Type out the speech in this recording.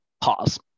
pause